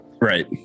right